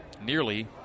nearly